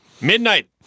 Midnight